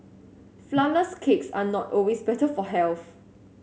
flourless cakes are not always better for health